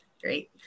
Great